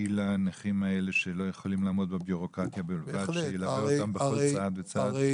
לנכים האלה שלא יכולים לעמוד בביורוקרטיה וילוו בכל צעד וצעד?